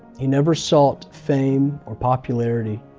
he never sought fame or popularity.